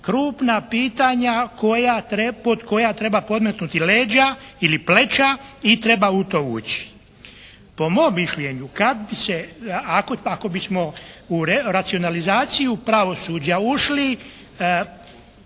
krupna pitanja pod koja treba podmetnuti leđa ili pleća i treba u to ući. Po mom mišljenju kad bi se, ako bismo u racionalizaciju pravosuđa ušli